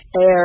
air